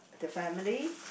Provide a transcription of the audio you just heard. the family